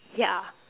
yeah